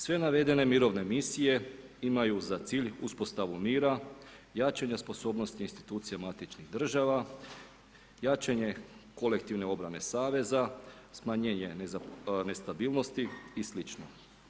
Sve navedene mirovne misije imaju za cilj uspostavu mira, jačanje sposobnosti institucija matičnih država, jačanje kolektivne obrane saveza, smanjenje nestabilnosti i sl.